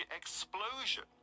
explosion